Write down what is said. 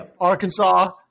Arkansas